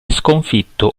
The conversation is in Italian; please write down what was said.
sconfitto